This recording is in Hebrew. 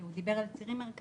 כי הוא דיבר על צירים מרכזיים.